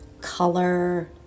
color